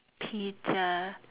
pizza